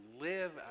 Live